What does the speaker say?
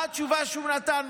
מה התשובה שהוא נתן,